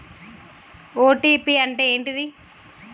OTP అంటే ఏంటిది?